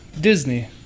Disney